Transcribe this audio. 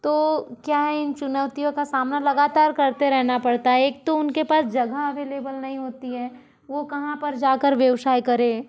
तो क्या है इन चुनौतियों का सामना लगातार करते रहना पड़ता है एक तो उन के पास जगह अवेलेबल नहीं होती है वो कहाँ पर जाकर व्यवसाय करें